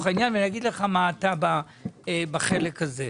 העניין ואני אגיד לך מה אתה בחלק הזה.